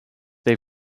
they